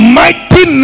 mighty